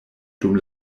dum